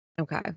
Okay